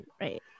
Right